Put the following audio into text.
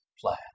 plan